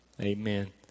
Amen